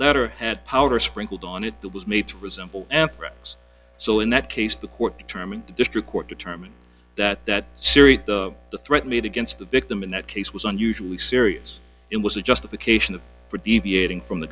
letter had power sprinkled on it that was made to resemble anthrax so in that case the court determined the district court determined that that serious the threat made against the victim in that case was unusually serious it was a justification for deviating from the